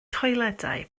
toiledau